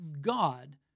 God